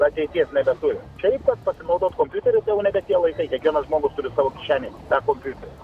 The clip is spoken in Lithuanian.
ateities nebeturi šiaip kad va pasinaudot kompiuteriu tai jau nebe tie laikai kiekvienas žmogus turi savo kišenėj tą kompiuterį